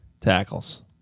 tackles